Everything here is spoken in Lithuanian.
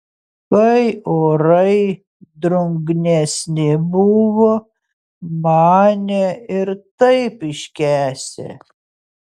kai orai drungnesni buvo manė ir taip iškęsią